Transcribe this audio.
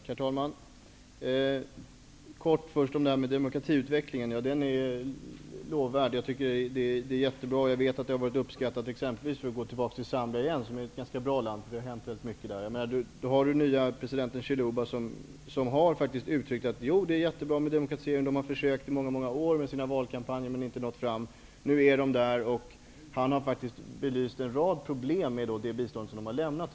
Herr talman! Helt kort vill jag bara säga att den här demokratiutvecklingen är lovvärdig och är uppskattad. Låt oss ta Zambia som exempel igen. Det är ett land där mycket bra saker har hänt. Den nye presidenten Chiluba har uttryckt att det är jättebra med demokratisering, därför att man tidigare i många år i sina valkampanjer försökt nå fram men inte lyckats. Nu är de där. Han har faktiskt belyst en rad problem med lämnat bistånd.